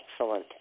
excellent